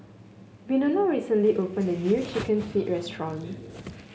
Winona recently opened a new chicken feet restaurant